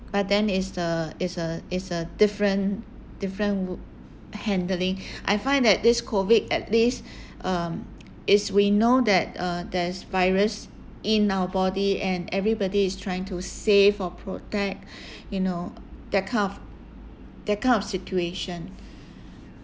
but then it's a it's a it's a different different wu~ handling I find that this COVID at least um it's we know that uh there's virus in our body and everybody is trying to save or protect you know that kind of that kind of situation